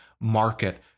market